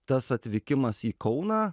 tas atvykimas į kauną